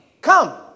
come